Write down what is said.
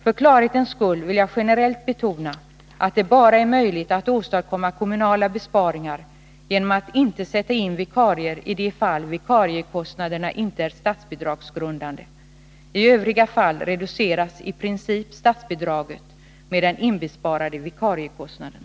För klarhetens skull vill jag generellt betona att det bara är möjligt att åstadkomma kommunala besparingar genom att inte sätta in vikarier i de fall vikariekostnaderna inte är statsbidragsgrundande. I övriga fall reduceras i princip statsbidraget med den inbesparade vikariekostnaden.